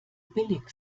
billig